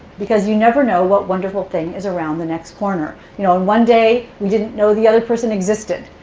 because you never know what wonderful thing is around the next corner. you know, one day, we didn't know the other person existed.